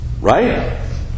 Right